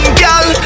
girl